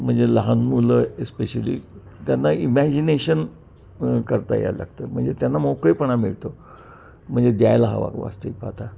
म्हणजे लहान मुलं इस्पेशली त्यांना इमॅजिनेशन करता यायला लागतं म्हणजे त्यांना मोकळेपणा मिळतो म्हणजे द्यायला हवा वास्तविक पाहता